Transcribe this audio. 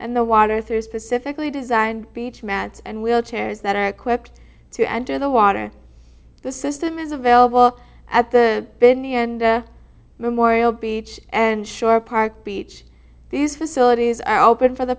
and the water through specifically designed beach mats and wheelchairs that are equipped to enter the water the system is available at the binney and memorial beach and shore park beach these facilities are open for the